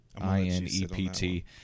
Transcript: I-N-E-P-T